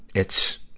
it's.